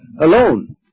alone